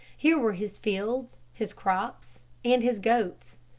here were his fields, his crops and his goats.